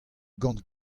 gant